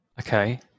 Okay